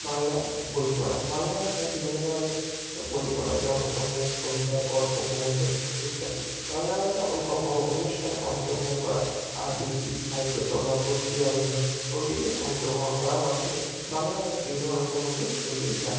বাংলা বই পড়া বাংলা ভাষায় বিভিন্ন ধরনের বই পড়া যেমন উপন্যাস কবিতা গল্প প্রবন্ধ ইত্যাদি বাংলা ভাষায় অনুষ্ঠানে অংশগ্রহণ করা আবৃতি সাহিত্য সবা গোষ্ঠী আলোচনা প্রভিতিতে অংশগ্রহণ করার মাধ্যমে বাংলা ভাষা বিভিন্ন মানুষের মধ্যে ছড়িয়ে যায়